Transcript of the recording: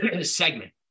segment